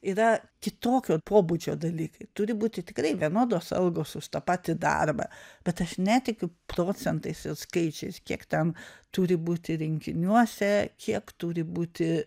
yra kitokio pobūdžio dalykai turi būti tikrai vienodos algos už tą patį darbą bet aš netikiu procentais ir skaičiais kiek ten turi būti rinkiniuose kiek turi būti